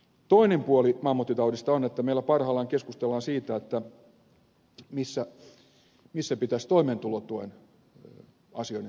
toinen puoli mammuttitaudista on että meillä parhaillaan keskustellaan siitä missä pitäisi toimeentulotuen asioiden tapahtua